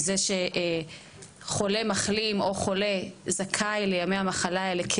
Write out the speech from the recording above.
בזה שחולה מחלים או שחולה זכאי לימי המחלה האלה,